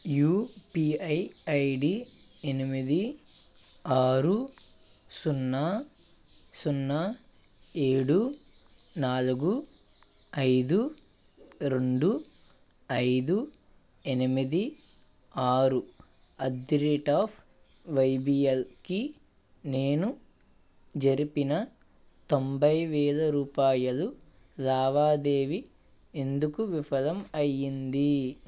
UPI ID ఎనిమిది ఆరు సున్నా సున్నా ఏడు నాలుగు ఐదు రెండు ఐదు ఎనిమిది ఆరు ఎట్ ది రేట్ ఆఫ్ వైబిఎల్కి నేను జరిపిన తొంభై వేల రూపాయల లావాదేవీ ఎందుకు విఫలం అయ్యింది